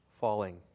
falling